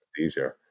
anesthesia